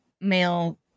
male